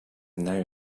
now